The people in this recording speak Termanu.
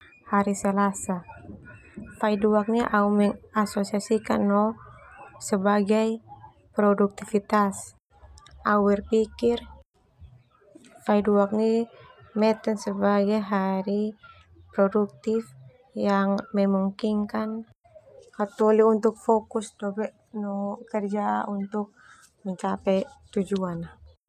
Hari Selasa fai duak ndia au mengasosiasikan no sebagai produktifitas. Au berpikir fai duak ndia meten sebagai hari produktif yang memungkinkan hataholi untuk fokus no kerja untuk mencapai tujuan.